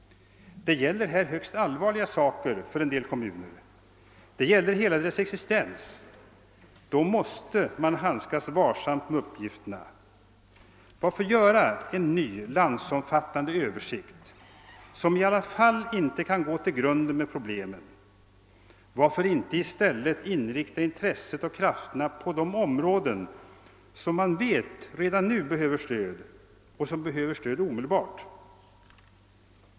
Det gäller här högst allvarliga saker för en del kommuner, det gäller hela deras existens. Då måste man handskas varsamt med uppgifterna. Varför göra en ny, landsomfattande översikt, som i alla fall inte kan gå till grunden med problemen? Varför inte i stället inrikta intresset och krafterna på de områden som man redan nu vet behöver stöd och behöver det omedelbart?